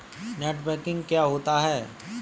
Net banking क्या होता है?